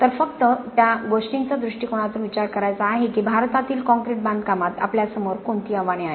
तर फक्त गोष्टींचा दृष्टीकोनातून विचार करायचा आहे की भारतातील काँक्रीट बांधकामाबाबत आपल्यासमोर कोणती आव्हाने आहेत